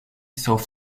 sauf